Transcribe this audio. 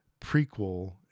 prequel